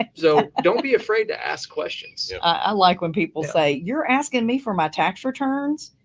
um so don't be afraid to ask questions. i like when people say, you're asking me for my tax returns?